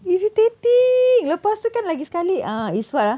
irritating lepas tu kan lagi sekali uh is what ah